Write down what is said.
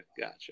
gotcha